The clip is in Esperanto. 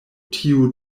tiu